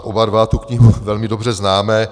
Oba dva tu knihu velmi dobře známe.